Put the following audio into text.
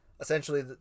essentially